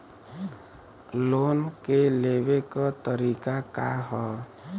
Loan के लेवे क तरीका का ह?